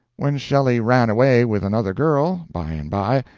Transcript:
when shelley ran away with another girl, by-and-by,